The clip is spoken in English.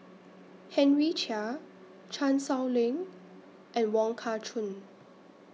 Henry Chia Chan Sow Lin and Wong Kah Chun